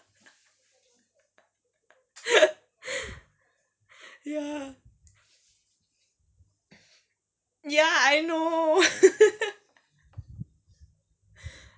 ya ya I know